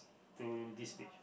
to this beach